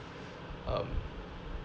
um